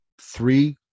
three